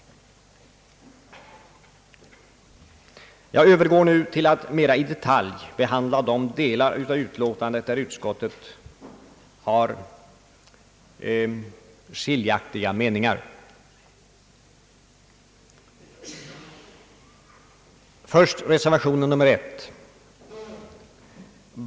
Jag övergår nu till att mera i detalj behandla de delar av utlåtandet där utskottet har delade meningar. Det gäller först reservation nr 1.